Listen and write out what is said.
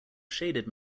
shaded